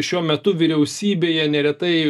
šiuo metu vyriausybėje neretai